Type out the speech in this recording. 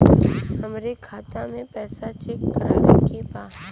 हमरे खाता मे पैसा चेक करवावे के बा?